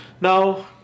Now